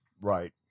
Right